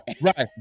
Right